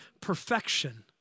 perfection